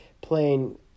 playing